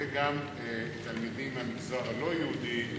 וגם תלמידים מהמגזר הלא-יהודי,